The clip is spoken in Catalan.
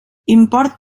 import